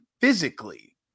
physically